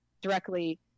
directly